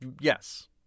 Yes